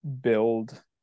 build